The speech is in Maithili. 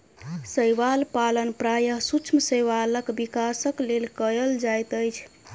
शैवाल पालन प्रायः सूक्ष्म शैवालक विकासक लेल कयल जाइत अछि